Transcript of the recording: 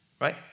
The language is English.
right